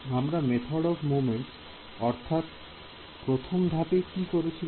আমরা method of moments অর্থাৎ প্রথম ধাপে কি করেছিল